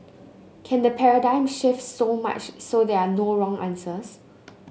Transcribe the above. can the paradigm shift so much so there are no wrong answers